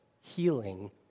healing